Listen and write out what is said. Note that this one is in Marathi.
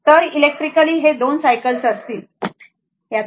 तर इलेक्ट्रिकलि हे 2 सायकल्स असतील बरोबर